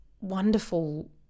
wonderful